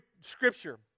Scripture